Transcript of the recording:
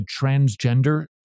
transgender